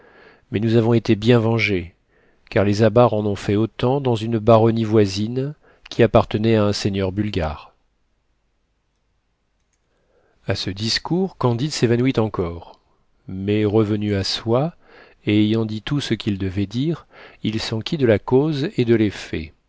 mais nous avons été bien vengés car les abares en ont fait autant dans une baronnie voisine qui appartenait à un seigneur bulgare a ce discours candide s'évanouit encore mais revenu à soi et ayant dit tout ce qu'il devait dire il s'enquit de la cause et de